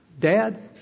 Dad